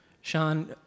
Sean